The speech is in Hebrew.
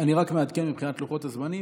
אני רק מעדכן אותך על לוחות הזמנים,